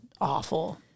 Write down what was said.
awful